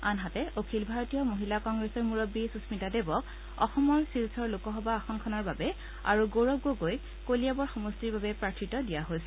আনহাতে অখিল ভাৰতীয় মহিলা কংগ্ৰেছৰ মুৰববী সুম্মিতা দেৱক অসমৰ শিলচৰ লোকসভা আসনখনৰ বাবে আৰু গৌৰৱ গগৈক কলিয়াবৰ সমিষ্টৰ বাবে প্ৰাৰ্থিত্ব দিয়া হৈছে